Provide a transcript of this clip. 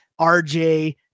RJ